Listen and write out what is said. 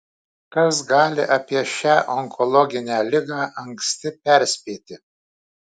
kas gali apie šią onkologinę ligą anksti perspėti